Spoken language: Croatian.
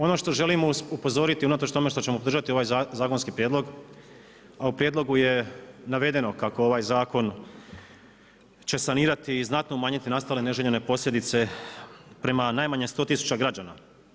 Ono što želim upozoriti unatoč tome što ćemo podržati ovaj zakonski prijedlogu u prijedlogu je navedeno kako ovaj zakon će sanirati i znatno umanjiti nastale neželjene posljedice prema najmanje 100 tisuća građana.